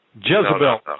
Jezebel